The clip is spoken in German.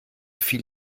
fiel